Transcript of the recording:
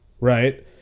Right